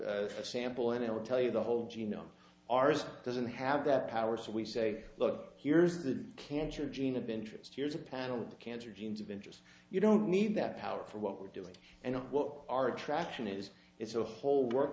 a sample and it will tell you the whole genome ours doesn't have that power so we say look here's a cancer gene of interest here's a panel of cancer genes of interest you don't need that power for what we're doing and what our attraction is it's a whole work